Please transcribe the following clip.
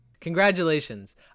Congratulations